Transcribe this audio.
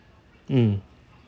mm